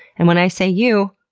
and when i say you,